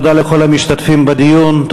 תודה לכל המשתתפים בדיון,